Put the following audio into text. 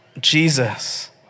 Jesus